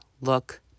look